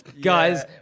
guys